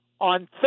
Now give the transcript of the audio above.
on